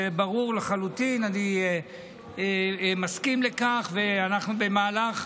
זה ברור לחלוטין, אני מסכים לכך, ואנחנו במהלך,